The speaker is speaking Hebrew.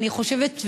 אני חושבת,